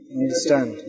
understand